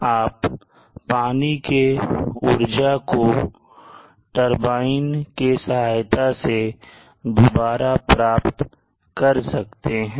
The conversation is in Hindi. आप पानी के उर्जा को टरबाइन के सहायता से दोबारा प्राप्त कर सकते हैं